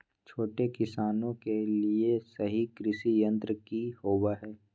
छोटे किसानों के लिए सही कृषि यंत्र कि होवय हैय?